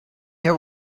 have